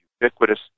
ubiquitous